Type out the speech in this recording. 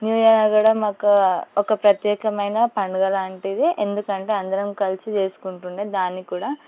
new year కూడా మాకు ఒక ప్రత్యేకమైన పండుగ లాంటిది ఎందుకంటే అందరం కలిసి చేసుకుంటుంటే దాన్ని కూడా